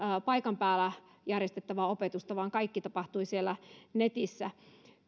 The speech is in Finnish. paikan päällä järjestettävää opetusta vaan kaikki tapahtui siellä netissä